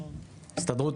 הסתדרות